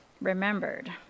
remembered